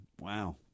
Wow